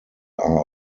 are